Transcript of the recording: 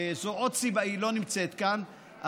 היא לא נמצאת כאן,